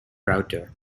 router